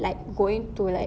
like going to like